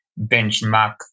benchmark